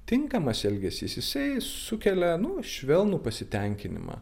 tinkamas elgesys jisai sukelia nu švelnų pasitenkinimą